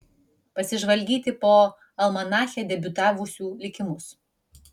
pasižvalgyti po almanache debiutavusių likimus